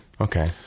Okay